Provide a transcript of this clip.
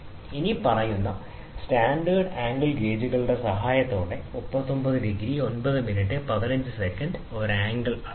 ഇനിപ്പറയുന്ന standard angle ഗേജുകളുടെ സഹായത്തോടെ 39 ° 9' 15 " ഒരു ആംഗിൾ അളക്കണം